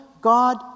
God